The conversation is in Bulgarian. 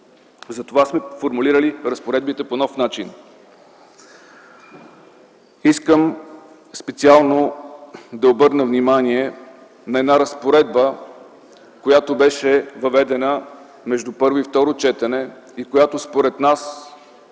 Затова сме формулирали разпоредбите по нов начин. Искам специално да обърна внимание на една разпоредба, която беше въведена между първо и второ четене и която според нас